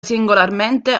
singolarmente